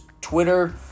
Twitter